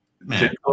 man